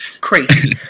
crazy